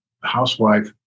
housewife